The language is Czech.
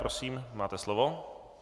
Prosím, máte slovo.